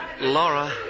Laura